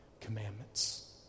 commandments